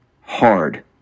hard